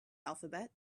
alphabet